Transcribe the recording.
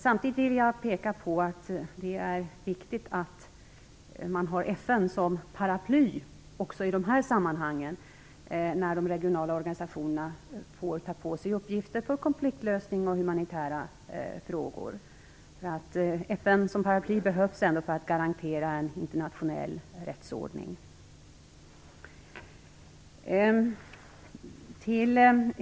Samtidigt vill jag peka på att det är viktigt att man har FN som paraply också i de sammanhang då de regionala organisationerna får ta på sig uppgifter som t.ex. konfliktlösning och humanitära frågor. För att kunna garantera en internationell rättsordning behövs FN som paraply.